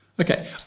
Okay